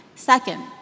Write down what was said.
Second